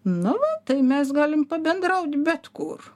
nu va tai mes galim pabendraut bet kur